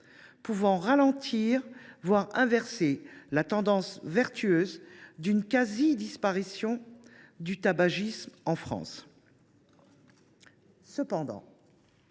de ralentir, voire d’inverser [la] tendance vertueuse […] d’une quasi disparition du tabagisme en France